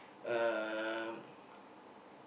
um